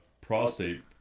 prostate